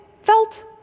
felt